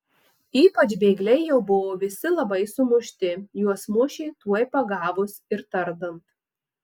ypač bėgliai jau buvo visi labai sumušti juos mušė tuoj pagavus ir tardant